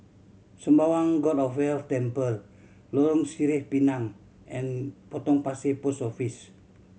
Sembawang God of Wealth Temple Lorong Sireh Pinang and Potong Pasir Post Office